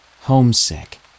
homesick